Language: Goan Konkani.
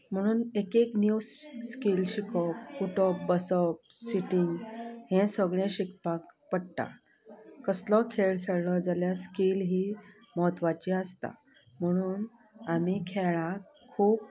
म्हुणून एक एक न्यू स्कील शिकोवप उठोप बसप सिटींग हें सगळें शिकपाक पडटा कसलो खेळ खेळ्ळो जाल्या स्कील ही म्हत्वाची आसता म्हणून आमी खेळाक खूब